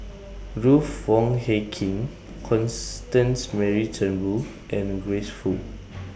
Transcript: Ruth Wong Hie King Constance Mary Turnbull and Grace Fu